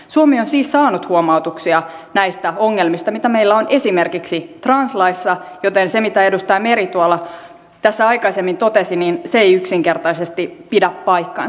suomi on siis saanut huomautuksia näistä ongelmista mitä meillä on esimerkiksi translaissa joten se mitä edustaja meri tässä aikaisemmin totesi ei yksinkertaisesti pidä paikkaansa